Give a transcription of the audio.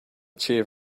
chief